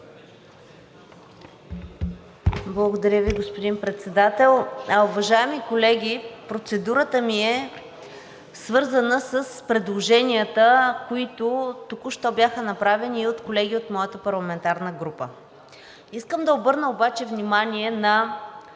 Благодаря Ви, господин Председател. Уважаеми колеги, процедурата ми е свързана с предложенията, които току-що бяха направени от колеги от моята парламентарна група. Искам да обърна внимание на